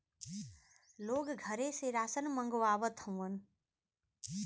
लोग घरे से रासन मंगवावत हउवन